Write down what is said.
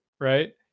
right